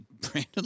Brandon